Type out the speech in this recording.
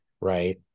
right